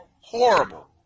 horrible